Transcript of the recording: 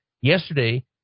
yesterday